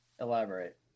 Elaborate